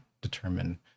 determine